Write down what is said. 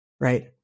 right